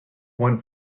one